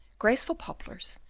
graceful poplars,